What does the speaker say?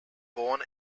born